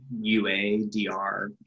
UADR